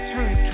Turn